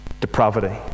depravity